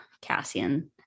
Cassian